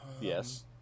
Yes